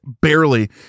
barely